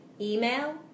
email